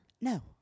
No